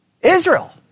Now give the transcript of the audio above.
Israel